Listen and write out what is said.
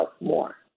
more